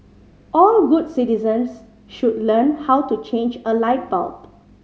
all good citizens should learn how to change a light bulb